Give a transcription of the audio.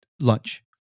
lunch